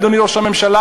אדוני ראש הממשלה,